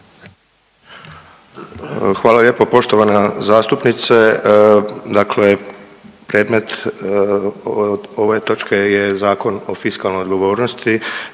Hvala lijepo poštovana zastupnice. Dakle premet ove točke je Zakon o fiskalnoj odgovornosti.